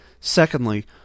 Secondly